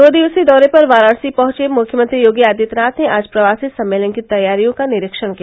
दो दिवसीय दौरे पर वाराणसी पहुंचे मुख्यमंत्री योगी आदित्यनाथ ने आज प्रवासी सम्मेलन की तैयारियों का निरीक्षण किया